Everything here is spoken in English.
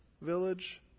village